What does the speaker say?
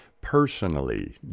personally